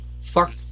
Fuck